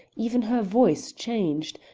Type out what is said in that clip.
even her voice changed,